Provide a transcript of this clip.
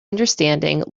understanding